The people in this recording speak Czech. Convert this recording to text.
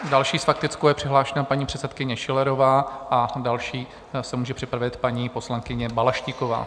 Další s faktickou je přihlášena paní předsedkyně Schillerová a další se může připravit paní poslankyně Balaštíková.